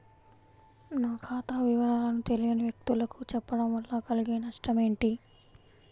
నా ఖాతా వివరాలను తెలియని వ్యక్తులకు చెప్పడం వల్ల కలిగే నష్టమేంటి?